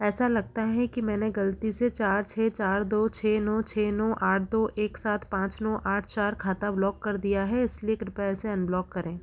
ऐसा लगता है कि मैंने गलती से चार छः चार दो छः नौ छः नौ आठ दो एक सात पाँच नौ आठ चार खाता ब्लॉक कर दिया है इसलिए कृपया इसे अनब्लॉक करें